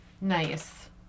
Nice